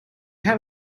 have